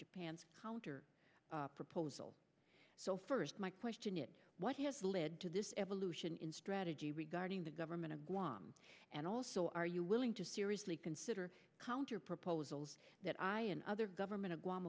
japan counter proposal so first my question is what has led to this evolution in strategy regarding the government of guam and also are you willing to seriously consider counter proposals that i and other government